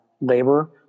labor